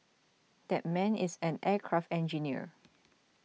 that man is an aircraft engineer